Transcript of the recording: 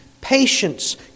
patience